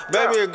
Baby